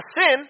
sin